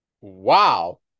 Wow